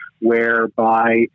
whereby